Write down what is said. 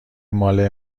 ماله